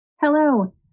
Hello